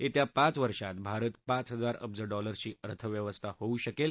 येत्या पाच वर्षात भारत पाच हजार अब्ज डॉलर्सची अर्थव्यवस्था होऊ शकेल